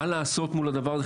מה לעשות מול הדבר הזה,